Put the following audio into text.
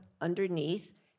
underneath